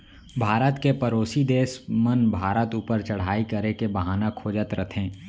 भारत के परोसी देस मन भारत ऊपर चढ़ाई करे के बहाना खोजत रथें